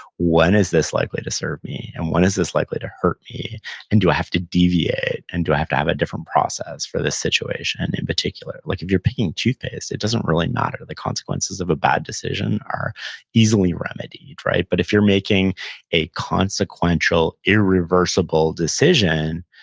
when is this likely to serve me and when is this likely to hurt me and do i have to deviate and do i have to have a different process for this situation and in particular? like if you're picking toothpaste, it doesn't really matter the consequences of a bad decision are easily remedied, but if you're making a consequential, irreversible decision,